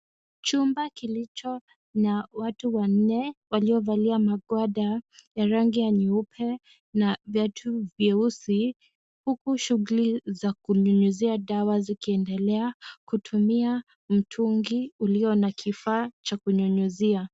Chumba kilicho na watu wanne, waliovalia magwada, ya rangi nyeupe, na vyatu vyeusi, huku shugli za kunyunyizia dawa zikiendelea, kutumia mtungi, ulio na kifaa, cha kunyunyizia.